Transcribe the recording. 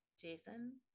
Jason